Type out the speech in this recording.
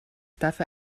dafür